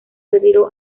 retiró